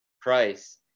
price